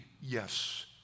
Yes